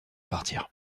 partir